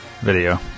video